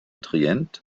trient